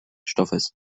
stoffes